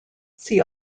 see